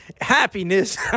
happiness